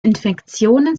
infektionen